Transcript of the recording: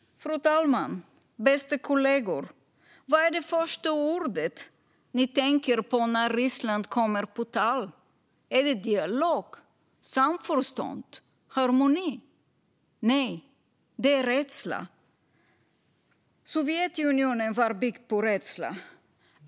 Fru talman! Bästa kollegor! Vad är det första ni tänker på när Ryssland kommer på tal? Är det dialog, samförstånd eller harmoni? Nej, det är rädsla. Sovjetunionen var byggt på rädsla.